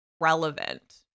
Relevant